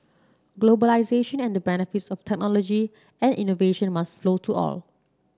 globalisation and the benefits of technology and innovation must flow to all